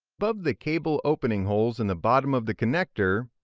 above the cable opening holes in the bottom of the connector,